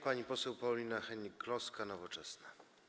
Pani poseł Paulina Hennig-Kloska, Nowoczesna.